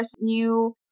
new